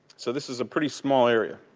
so this is a pretty small area.